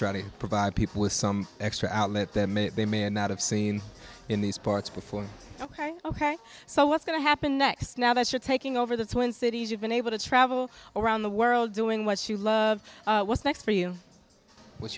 trying to provide people with some extra outlet that maybe they may not have seen in these parts before ok ok so what's going to happen next now that you're taking over the twin cities you've been able to travel around the world doing what she loves what's next for you what